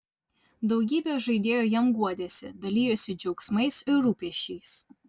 daugybė žaidėjų jam guodėsi dalijosi džiaugsmais ir rūpesčiais